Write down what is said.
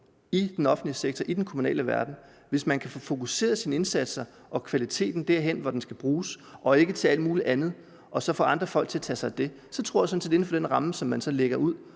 i den offentlige sektor, i den kommunale verden. Hvis man kan få fokuseret sine indsatser og kvaliteten derhen, hvor den skal bruges og ikke på alt muligt andet, og så få andre folk til at tage sig af det, så tror jeg sådan set, at man inden for den ramme, som man så lægger ud,